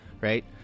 right